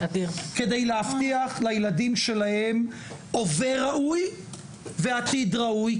כדי להבטיח לילדים שלהם הווה ראוי ועתיד ראוי.